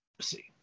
see